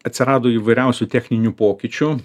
atsirado įvairiausių techninių pokyčių